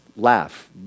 Laugh